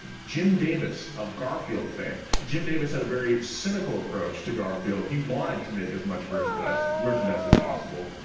jim davis of garfield fame. jim davis had a very cynical approach to garfield. he wanted to make as much merchandise, merchandise as possible.